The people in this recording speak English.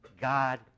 God